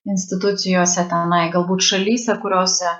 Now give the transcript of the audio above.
institucijose tenai galbūt šalyse kuriose